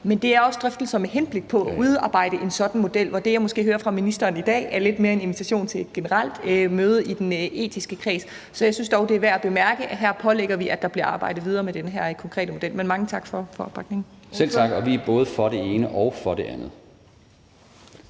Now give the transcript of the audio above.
men det er også drøftelser med henblik på at udarbejde en sådan model, hvor det, jeg måske hører fra ministeren i dag, lidt mere er en invitation til et generelt møde i den etiske kreds. Så jeg synes dog, at det er værd at bemærke, at her pålægger vi, at der bliver arbejdet videre med den her konkrete model. Men mange tak for opbakningen. Kl. 13:27 Tredje næstformand